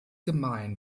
gemein